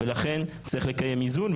לכן צריך לקדם איזון.